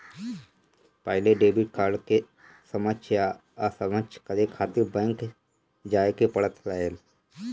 पहिले debit card के सक्षम या असक्षम करे खातिर बैंक जाए के पड़त रहल